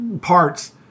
parts